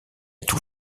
tout